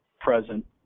Present